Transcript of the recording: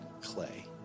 clay